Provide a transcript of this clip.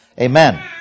Amen